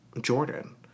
Jordan